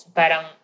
parang